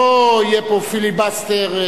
לא יהיה פה פיליבסטר.